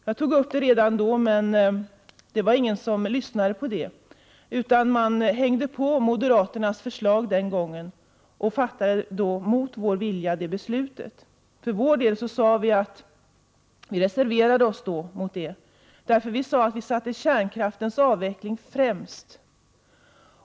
Ingen ville förra året lyssna på mig, utan man hängde på moderaternas förslag och fattade ett beslut mot vår vilja. Vi reserverade oss och sade att vi satte kärnkraftens avveckling främst.